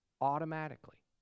automatically